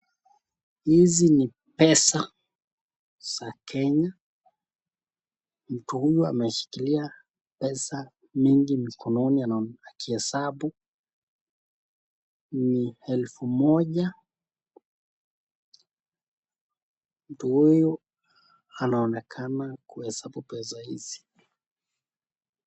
Hizi ni pesa za Kenya, mtu huyu ameshikilia pesa nyingi mkononi akihesabu, ni elfu moja, mtu huyu anaonekana kuhesabu pesa hizi.